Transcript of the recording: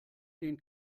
den